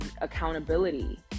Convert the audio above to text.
accountability